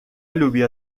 لوبیا